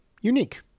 unique